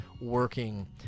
working